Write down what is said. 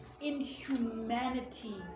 inhumanity